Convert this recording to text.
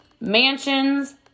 mansions